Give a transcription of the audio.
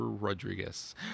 Rodriguez